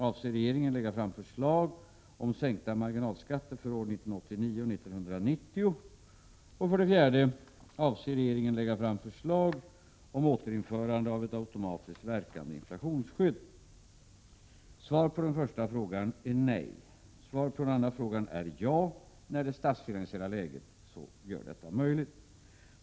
Avser regeringen lägga fram förslag om sänkta marginalskatter för åren 1989 och 1990? Svaret på den första frågan är nej. Svaret på den andra frågan är ja — när det statsfinansiella läget gör detta möjligt.